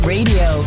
Radio